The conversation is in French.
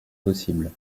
possible